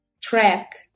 track